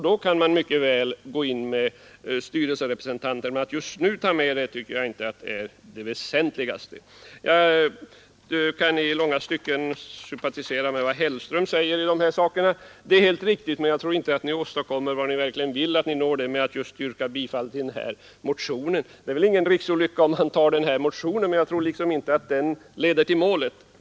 Då kan man mycket väl gå in med styrelserepresentanter, men att just nu ta med det tycker jag inte är det väsentligaste. Jag kan i långa stycken sympatisera med vad herr Hellström sade om dessa saker. Det är helt riktigt. Jag tror emellertid inte att ni åstadkommer vad ni verkligen vill nå genom att just yrka bifall till motionen 1847. Det är väl ingen riksolycka om motionen bifalls, men jag tror inte att den leder till målet.